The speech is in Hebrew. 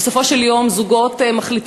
בסופו של דבר זוגות מחליטים,